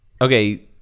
Okay